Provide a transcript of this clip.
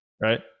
right